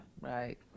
Right